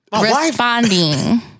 responding